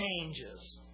changes